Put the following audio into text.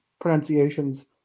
pronunciations